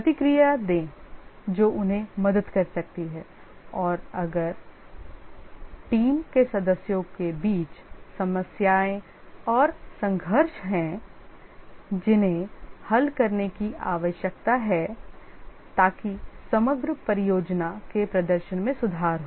प्रतिक्रिया दें जो उन्हें मदद कर सकती है और अगर टीम के सदस्यों के बीच समस्याएँ और संघर्ष हैं जिन्हें हल करने की आवश्यकता है ताकि समग्र परियोजना के प्रदर्शन में सुधार हो